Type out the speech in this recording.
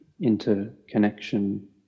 interconnection